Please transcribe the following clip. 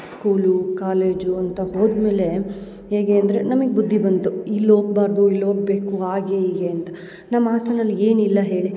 school college ಅಂತ ಹೋದ ಮೇಲೆ ಹೇಗೆ ಅಂದರೆ ನಮಗ್ ಬುದ್ಧಿ ಬಂತು ಇಲ್ಲಿ ಹೋಗ್ಬಾರ್ದು ಇಲ್ಲಿ ಹೋಗ್ಬೇಕು ಹಾಗೆ ಹೀಗೆ ಅಂತ ನಮ್ಮ ಹಾಸನ್ನಲ್ಲಿ ಏನಿಲ್ಲ ಹೇಳಿ